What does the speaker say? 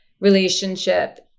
relationship